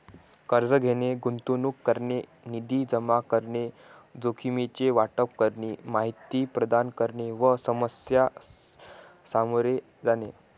कर्ज घेणे, गुंतवणूक करणे, निधी जमा करणे, जोखमीचे वाटप करणे, माहिती प्रदान करणे व समस्या सामोरे जाणे